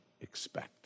expect